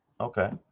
Okay